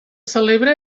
celebra